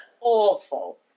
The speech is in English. Awful